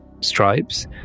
stripes